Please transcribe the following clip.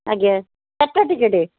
ଆଜ୍ଞା ଚାରିଟା ଟିକେଟ୍